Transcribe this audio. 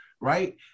right